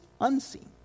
unseen